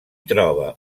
troba